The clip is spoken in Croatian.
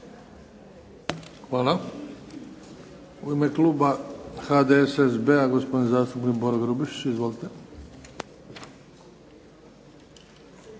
Hvala.